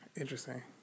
interesting